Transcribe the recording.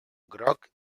groc